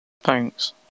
Thanks